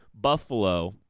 Buffalo